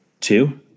two